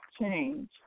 change